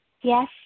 yes